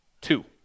Two